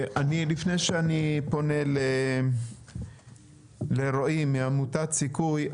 לפני שאני פונה לרועי מעמותת סיכוי,